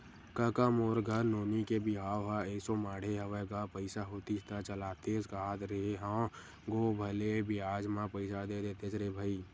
कका मोर घर नोनी के बिहाव ह एसो माड़हे हवय गा पइसा होतिस त चलातेस कांहत रेहे हंव गो भले बियाज म पइसा दे देतेस रे भई